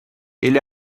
ele